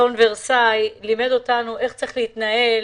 אסון ורסאי לימד אותנו איך צריך להתנהל